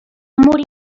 morir